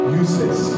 useless